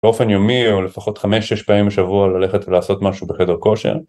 באופן יומי או לפחות 5-6 פעמים בשבוע ללכת ולעשות משהו בחדר כושר.